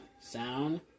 sound